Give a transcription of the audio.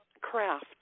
craft